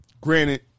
Granted